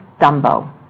Dumbo